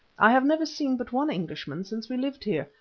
i have never seen but one englishman since we lived here,